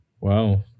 Wow